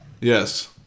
Yes